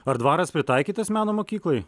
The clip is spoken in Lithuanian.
ar dvaras pritaikytas meno mokyklai